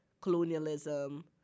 colonialism